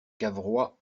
cavrois